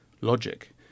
logic